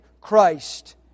Christ